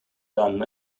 dun